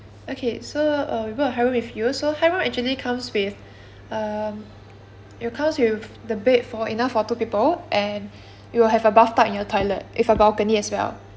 okay so err we'll book a high room with you so high room actually comes with um it'll comes with the bed for enough for two people and you will have a bathtub in your toilet with a balcony as well